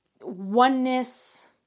oneness